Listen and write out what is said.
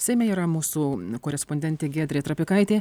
seime yra mūsų korespondentė giedrė trapikaitė